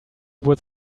would